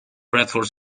bradford